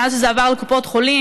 מאז שזה עבר לקופות חולים,